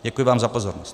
Děkuji vám za pozornost.